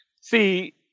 See